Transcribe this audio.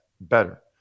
better